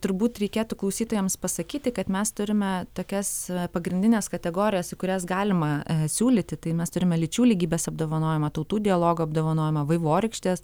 turbūt reikėtų klausytojams pasakyti kad mes turime tokias pagrindines kategorijas į kurias galima siūlyti tai mes turime lyčių lygybės apdovanojimą tautų dialogo apdovanojimą vaivorykštės